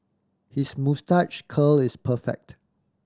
his moustache curl is perfect